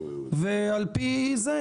ועל פי זה,